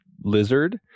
Lizard